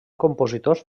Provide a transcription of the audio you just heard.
compositors